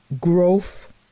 growth